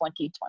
2020